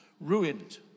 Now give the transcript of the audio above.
ruined